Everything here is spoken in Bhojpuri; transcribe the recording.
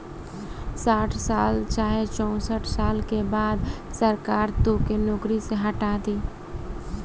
साठ साल चाहे चौसठ साल के बाद सरकार तोके नौकरी से हटा दी